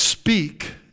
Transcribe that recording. speak